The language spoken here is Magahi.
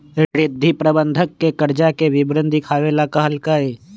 रिद्धि प्रबंधक के कर्जा के विवरण देखावे ला कहलकई